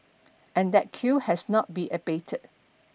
and that queue has not be abated